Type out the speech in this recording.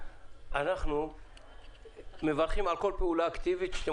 אנחנו מברכים על כל פעולה אקטיבית שאתם